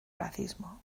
racismo